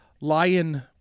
Lion